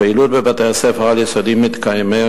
הפעילות בבתי-הספר העל-יסודיים מתקיימת